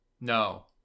No